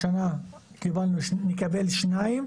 השנה נקבל 2 מיליון,